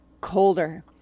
colder